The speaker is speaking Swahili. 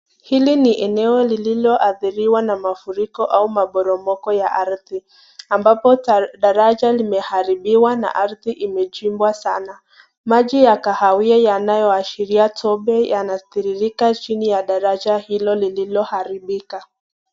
Hili ni eneo lililo adhiriwa na mafuriko au maporomoko ya ardhi ambapo daraja limeharibiwa na ardhi imechimbwa sana. Maji ya kahawia yanayoashiria tope yanatiririka chini ha daraja hilo lililo haribika.